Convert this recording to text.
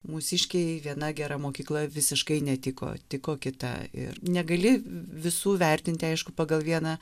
mūsiškei viena gera mokykla visiškai netiko tiko kita ir negali visų vertinti aišku pagal vieną